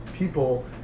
People